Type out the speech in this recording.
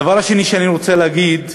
הדבר השני שאני רוצה להגיד,